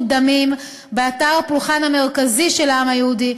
דמים באתר הפולחן המרכזי של העם היהודי,